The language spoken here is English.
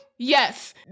Yes